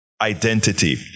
Identity